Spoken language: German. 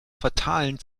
fatalen